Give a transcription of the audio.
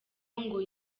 ngo